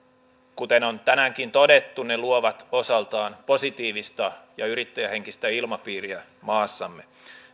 kuten on tänäänkin todettu ne luovat osaltaan positiivista ja yrittäjähenkistä ilmapiiriä maassamme